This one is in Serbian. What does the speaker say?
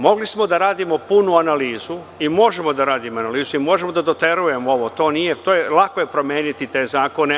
Mogli smo da radimo punu analizu i možemo da radimo analizu i možemo da doterujemo ovo, lako je promeniti te zakone.